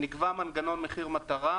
נקבע מנגנון מחיר מטרה,